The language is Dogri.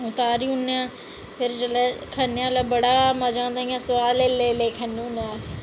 ते तुआरी ओड़ने आं ते फिर जेल्लै बड़ा मजा औंदा इ'यां सोआद लेई लेई खन्ने होन्ने आं अस